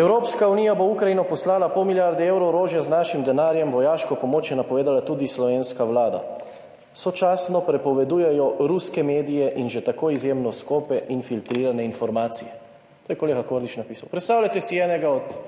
»Evropska unija bo Ukrajino poslala pol milijarde evrov orožja z našim denarjem. Vojaško pomoč je napovedala tudi slovenska Vlada. Sočasno prepovedujejo ruske medije in že tako izjemno skope in filtrirane informacije.« To je kolega Kordiš napisal. Predstavljajte si enega od